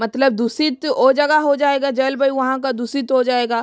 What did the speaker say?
मतलब दूषित वो जगह हो जाएगा जलवयु वहाँ का दूषित हो जाएगा